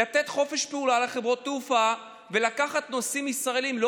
לתת חופש פעולה לחברות תעופה ולקחת נוסעים ישראלים לא